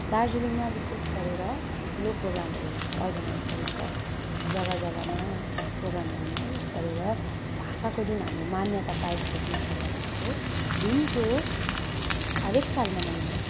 दार्जिलिङमा बिशेष गरेर ठुलो प्रोगमहरू अर्गनाइज गरिन्छ जग्गा जग्गामा प्रोग्रामहरूमा ऊ गरेर भाषाको जुन हाम्रो मान्यता पाएको थियो बिस अगस्तको दिन त्यो हरेक साल मनाइन्छ